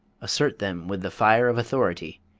assert them with the fire of authority.